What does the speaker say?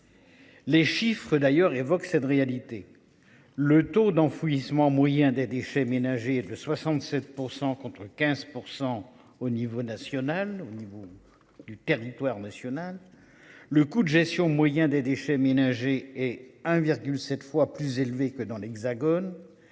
Les chiffres d'ailleurs évoque cette réalité, le taux d'enfouissement moyen des déchets ménagers de 67% contre 15% au niveau national, au niveau. Du territoire national. Le coût de gestion moyen des déchets ménagers et 1,7 fois plus élevé que dans l'Hexagone,